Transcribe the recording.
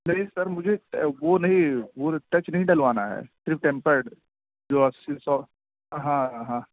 نہیں سر مجھے ٹہ وہ نہیں وہ ٹچ نہیں ڈلوانا ہے صرف ٹیمپرڈ جو اسّی سو ہاں ہاں